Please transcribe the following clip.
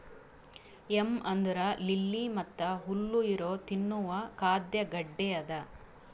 M ಅಂದುರ್ lily ಮತ್ತ ಹುಲ್ಲು ಇರೊ ತಿನ್ನುವ ಖಾದ್ಯ ಗಡ್ಡೆ ಅದಾ